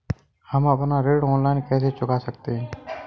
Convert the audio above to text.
हम अपना ऋण ऑनलाइन कैसे चुका सकते हैं?